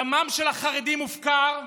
דמם של החרדים מופקר,